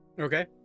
Okay